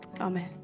Amen